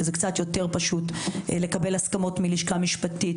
שזה קצת יותר פשוט לקבל הסכמות מן הלשכה המשפטית,